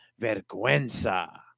vergüenza